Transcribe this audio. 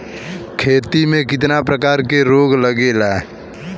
खेती में कितना प्रकार के रोग लगेला?